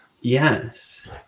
Yes